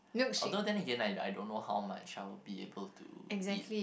although then Again I don't I don't know how much I would be able to eat